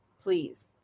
please